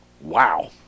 wow